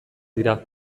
dira